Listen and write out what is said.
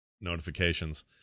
notifications